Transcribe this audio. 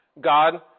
God